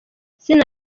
izina